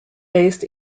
based